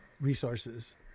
resources